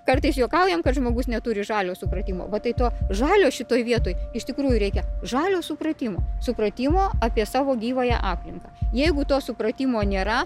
kartais juokaujam kad žmogus neturi žalio supratimo va tai to žalio šitoj vietoj iš tikrųjų reikia žalio supratimo supratimo apie savo gyvąją aplinką jeigu to supratimo nėra